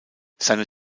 seine